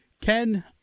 Ken